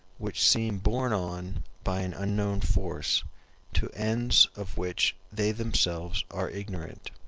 which seem borne on by an unknown force to ends of which they themselves are ignorant.